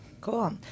Cool